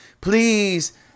please